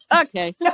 okay